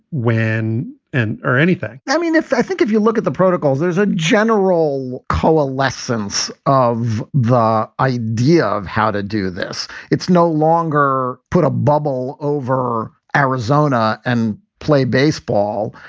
when and or anything i mean, if i think if you look at the protocols, there's a general coalescence of the idea of how to do this. it's no longer put a bubble over arizona and play baseball.